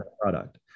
product